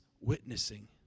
witnessing